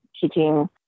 teaching